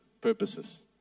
purposes